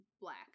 black